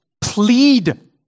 plead